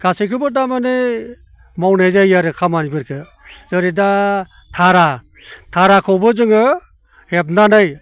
गासैखौबो दा माने मावनाय जायो आरो खामानिफोरखो जेरै दा धारा धाराखौबो जोङो हेबनानै